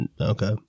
okay